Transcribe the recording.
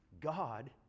God